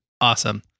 Awesome